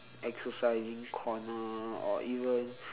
exercising corner or even